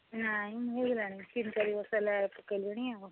ନାଇଁ ମୁଁ ହୋଇଗଲାଣିି ତିନି ଚାରି ବର୍ଷ ହେଲା ପକାଇଲିଣି ଆଉ